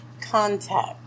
Contact